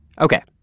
Okay